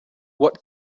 what